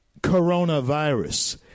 coronavirus